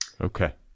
Okay